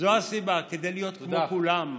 זו הסיבה, כדי להיות כמו כולם.